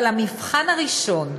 אבל המבחן הראשון,